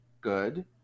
good